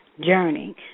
journey